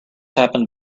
happened